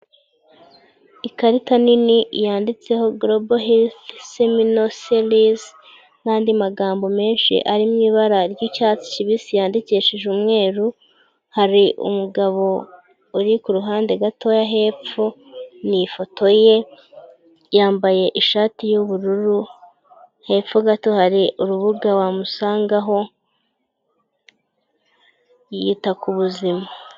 Ikarita nini yanditseho gorobo herifu semino sirizi n'andi magambo menshi ari mu ibara ry'icyatsi kibisi yandikishije umweru hari umugabo uri kuruhande gatoya hepfo, ni ifoto ye yambaye ishati y'ubururu hepfo gato hari urubuga wamusangaho yita ku buzima.